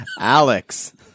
Alex